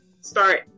start